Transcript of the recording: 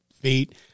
feet